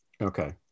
Okay